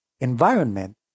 environment